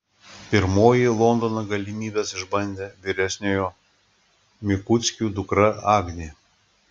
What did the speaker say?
pirmoji londono galimybes išbandė vyresniojo mikuckių dukra agnė